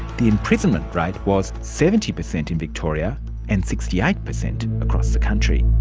the imprisonment rate was seventy percent in victoria and sixty eight percent across the country.